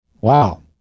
Wow